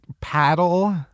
paddle